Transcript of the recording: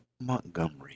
Montgomery